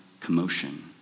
commotion